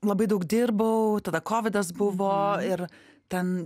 labai daug dirbau tada kovidas buvo ir ten